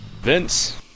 Vince